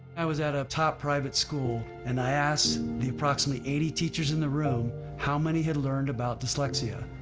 i was at a top private school and i asked the approximately eighty teachers in the room how many had learned about dyslexia?